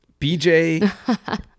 bj